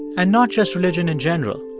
and not just religion in general.